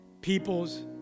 peoples